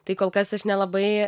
tai kol kas aš nelabai